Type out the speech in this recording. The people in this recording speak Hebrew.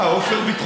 מה, עפר ביטחוניסט.